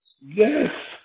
Yes